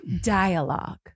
dialogue